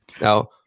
Now